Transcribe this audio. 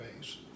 base